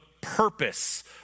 purpose